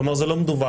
כלומר זה לא מדווח,